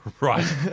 Right